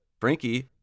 Frankie